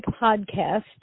podcast